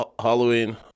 Halloween